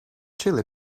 chili